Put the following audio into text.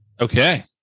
okay